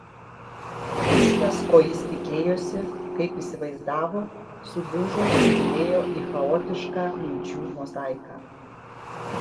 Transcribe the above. viskas ko jis tikėjosi kaip įsivaizdavo sudužo subyrėjo į chaotišką minčių mozaiką